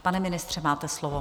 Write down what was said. Pane ministře, máte slovo.